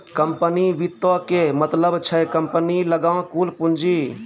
company वित्तो के मतलब छै कम्पनी लगां कुल पूंजी